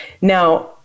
Now